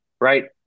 right